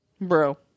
Bro